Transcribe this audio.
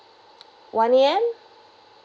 one A_M